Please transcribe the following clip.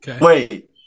wait